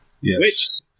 yes